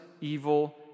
evil